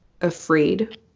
afraid